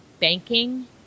banking